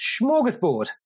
smorgasbord